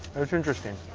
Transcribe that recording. it's interesting